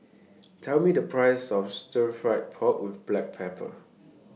Tell Me The Price of Stir Fried Pork with Black Pepper